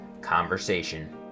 conversation